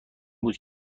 بود